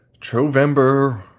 Trovember